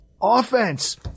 offense